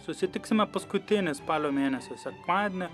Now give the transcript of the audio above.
susitiksime paskutinį spalio mėnesio sekmadienį